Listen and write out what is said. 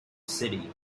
city